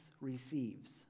receives